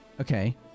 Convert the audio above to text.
Okay